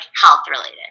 health-related